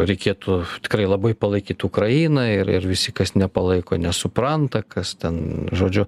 reikėtų tikrai labai palaikyt ukrainą ir ir visi kas nepalaiko nesupranta kas ten žodžiu